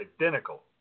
identical